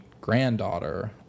granddaughter